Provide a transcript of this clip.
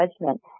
judgment